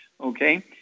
Okay